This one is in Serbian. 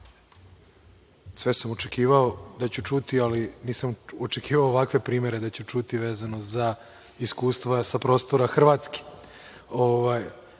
sve sam očekivao da ću čuti, ali nisam očekivao daću ovakve primere čuti vezano za iskustva sa prostora Hrvatske. Sada